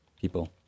people